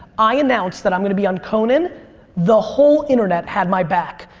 i announce that i'm going to be on conan the whole internet had my back.